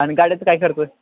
आणि काड्याचं काय करतो आहे